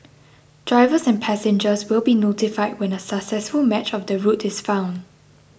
drivers and passengers will be notified when a successful match of the route is found